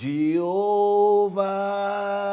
Jehovah